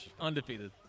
undefeated